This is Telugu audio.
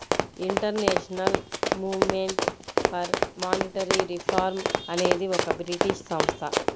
international movement for monetary reform అనేది ఒక బ్రిటీష్ సంస్థ